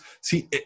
see